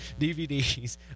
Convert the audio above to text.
dvds